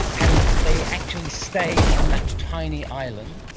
and they actually stay on that tiny island?